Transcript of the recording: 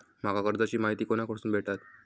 माका कर्जाची माहिती कोणाकडसून भेटात?